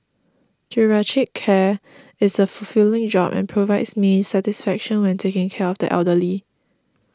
geriatric care is a fulfilling job and provides me satisfaction when taking care of the elderly